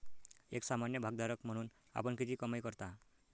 एक सामान्य भागधारक म्हणून आपण किती कमाई करता?